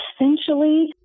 essentially